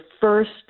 first